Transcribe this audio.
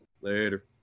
Later